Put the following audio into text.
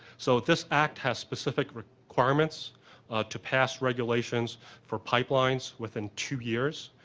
so this act has specific requirements to pass regulations for pipelines within two years,